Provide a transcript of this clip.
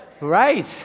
Right